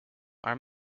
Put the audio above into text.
are